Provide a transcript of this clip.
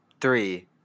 Three